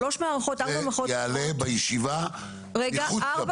שלוש-ארבע מערכות בחירות --- זה יעלה בישיבה מחוץ לפרוטוקול.